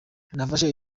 nafashe